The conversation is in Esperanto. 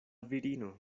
virino